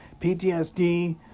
PTSD